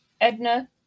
Edna